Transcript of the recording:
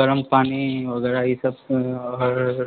गरम पानी वगैरह ई सब